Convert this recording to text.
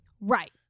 Right